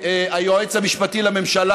הפגנות בפתח תקווה מול היועץ המשפטי לממשלה,